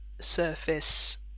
surface